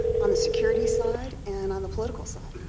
on the security side and on the political side.